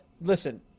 Listen